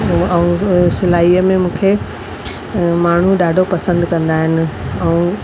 ऐं सिलाईअ में मूंखे माण्हू ॾाढो पसंदि कंदा आहिनि ऐं